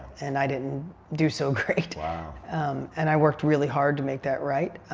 and i didn't do so great. and i worked really hard to make that right.